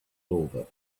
over